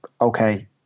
okay